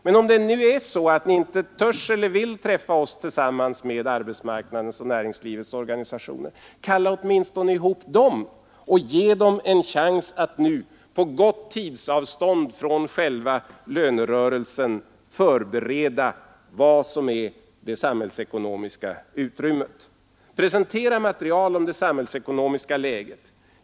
Men om ni inte vill eller törs träffa oss tillsammans med arbetsmarknadens och näringslivets organisationer, kalla åtminstone ihop dem och ge dem en chans att nu på gott tidsavstånd från själva lönerörelsen förbereda vad som är det samhällsekonomiska utrymmet. Presentera material om det samhällsekonomiska läget!